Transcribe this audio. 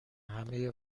همهی